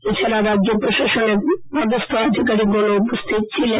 এছাডা রাজ্য প্রশাসনের পদস্হ আধিকারিকগণও উপস্হিত ছিলেন